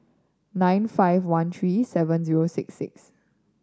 nine five one three seven zero six six